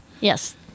Yes